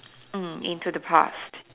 um into the past